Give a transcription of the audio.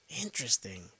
Interesting